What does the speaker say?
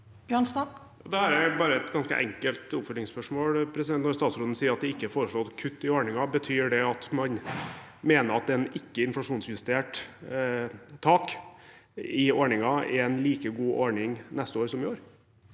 har jeg bare et ganske enkelt oppfølgingsspørsmål. Når statsråden sier at det ikke er foreslått kutt i ordningen, betyr det at man mener at et ikke-inflasjonsjustert tak i ordningen er en like god ordning neste år som i år?